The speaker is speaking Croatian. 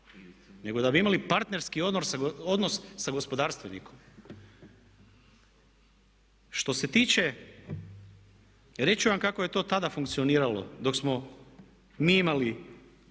nego da bi imali partnerski odnos sa gospodarstvenikom. Što se tiče, reći ću vam kako je to tada funkcioniralo dok smo mi imali